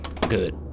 Good